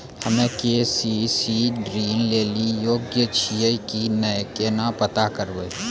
हम्मे के.सी.सी ऋण लेली योग्य छियै की नैय केना पता करबै?